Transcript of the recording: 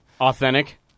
authentic